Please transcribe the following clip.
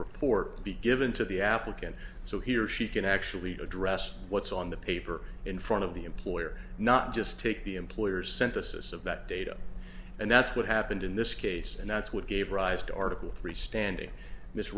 report be given to the applicant so he or she can actually address what's on the paper in front of the employer not just take the employer's synthesis of that data and that's what happened in this case and that's what gave rise to article three standing miss